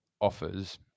offers